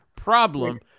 problem